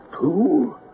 two